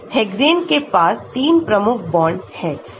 hexane के पास 3 प्रमुख बॉन्ड हैं